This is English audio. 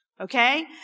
okay